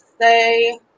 say